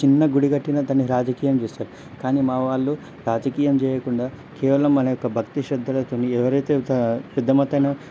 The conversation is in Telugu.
చిన్న గుడి కట్టినా దాన్ని రాజకీయం చేస్తారు కానీ మా వాళ్ళు రాజకీయం చేయకుండా కేవలం మన యొక్క భక్తి శ్రద్ధలతోనే ఎవరైతే ఇంతా పెద్ద మొత్తంలో